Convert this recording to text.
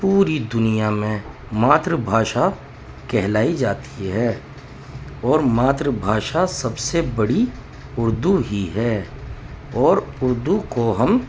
پوری دنیا میں ماتر بھاشا کہلائی جاتی ہے اور ماتر بھاشا سب سے بڑی اردو ہی ہے اور اردو کو ہم